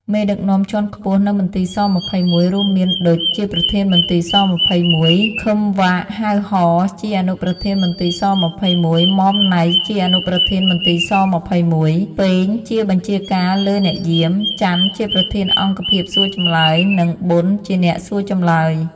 មេដឹកនាំជាន់ខ្ពស់នៅមន្ទីរ ស-២១ រួមមាន ឌុច ជាប្រធានមន្ទីរស-២១, ឃឹម វ៉ាក ហៅ ហ៊ ជាអនុប្រធានមន្ទីរ ស-២១, ម៉ម ណៃ ជាអនុប្រធានមន្ទីរស-២១, ប៉េង ជាបញ្ជាការលើអ្នកយាម, ចាន់ ជាប្រធានអង្គភាពសួរចម្លើយ និង ប៉ុន ជាអ្នកសួរចម្លើយ។